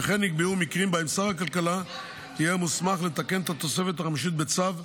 וכן נקבעו מקרים שבהם שר הכלכלה יהיה מוסמך לתקן את התוספת החמישית בצו,